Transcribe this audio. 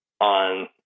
on